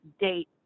date